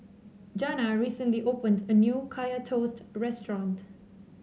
Janna recently opened a new Kaya Toast restaurant